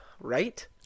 right